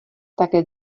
také